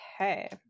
Okay